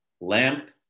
lamp